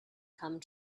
come